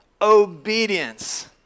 obedience